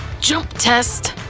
jump test,